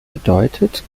bedeutet